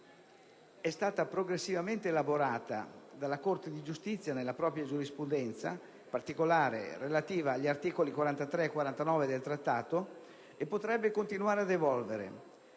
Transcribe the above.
è stata progressivamente elaborata dalla Corte di giustizia nella propria giurisprudenza relativa agli articoli 43 e 49 del Trattato, e potrebbe continuare ad evolvere.